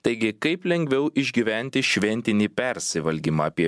taigi kaip lengviau išgyventi šventinį persivalgymą apie